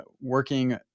working